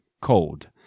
cold